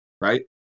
right